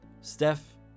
Steph